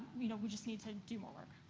you know we just need to do more work.